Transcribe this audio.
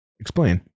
explain